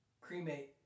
cremate